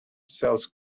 sells